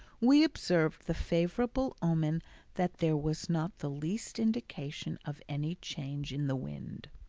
we observed the favourable omen that there was not the least indication of any change in the wind.